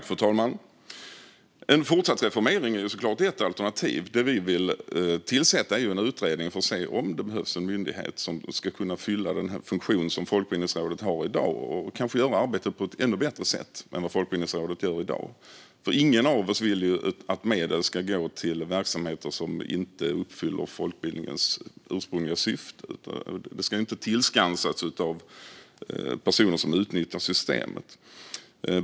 Fru talman! En fortsatt reformering är såklart ett alternativ. Det vi vill tillsätta är ju en utredning för att se om det behövs en myndighet som kan fylla funktionen som Folkbildningsrådet har i dag och kanske göra arbetet på ett ännu bättre sätt än Folkbildningsrådet gör det i dag. Ingen av oss vill ju att medel ska gå till verksamheter som inte uppfyller folkbildningens ursprungliga syfte. De ska inte tillskansas av personer som utnyttjar systemet.